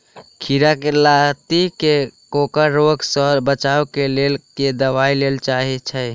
खीरा केँ लाती केँ कोकरी रोग सऽ बचाब केँ लेल केँ दवाई देल जाय छैय?